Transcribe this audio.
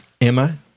Emma